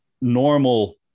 normal